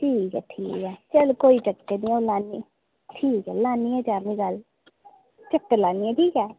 ठीक ऐ ठीक ऐ चलो कोई चक्कर निं ऐ ठीक ऐ लानी आं शामीं भाई चक्कर लानी आं ठीक ऐ